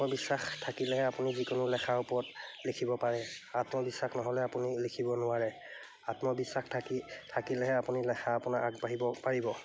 আত্মবিশ্বাস থাকিলেহে আপুনি যিকোনো লেখাৰ ওপৰত লিখিব পাৰে আত্মবিশ্বাস নহ'লে আপুনি লিখিব নোৱাৰে আত্মবিশ্বাস থাকি থাকিলেহে আপুনি লেখা আপোনাৰ আগবাঢ়িব পাৰিব